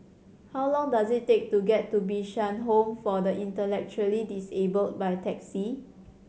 how long does it take to get to Bishan Home for the Intellectually Disabled by taxi